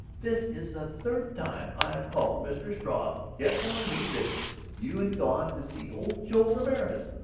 this is the third time i have called. mr. struve kept telling me that you had gone to see old joe ramorez.